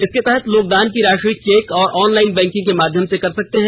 इसके तहत लोग दान की राषि चेक और ऑनलाईन बैंकिंग के माध्यम से कर सकते हैं